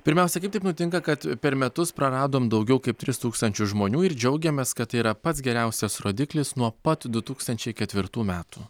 pirmiausia kaip taip nutinka kad per metus praradom daugiau kaip tris tūkstančius žmonių ir džiaugiamės kad tai yra pats geriausias rodiklis nuo pat du tūkstančiai ketvirtų metų